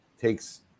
takes